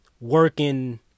working